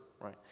right